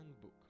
book